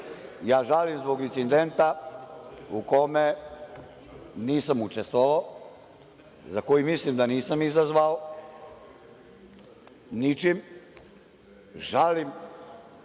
ja žalim zbog incidenta u kome nisam učestvovao, za koji mislim da nisam izazvao ničim. Žalim